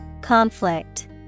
Conflict